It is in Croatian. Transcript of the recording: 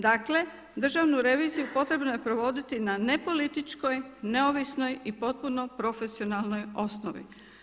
Dakle, državnu reviziju potrebno je provoditi na ne političkoj, neovisnoj i potpuno profesionalnoj osnovi.